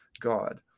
God